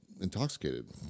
intoxicated